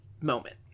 moment